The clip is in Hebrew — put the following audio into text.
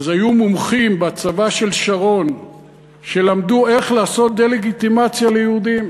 אז היו מומחים בצבא של שרון שלמדו איך לעשות דה-לגיטימציה ליהודים: